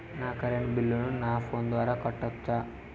నా కరెంటు బిల్లును నా ఫోను ద్వారా కట్టొచ్చా?